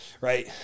right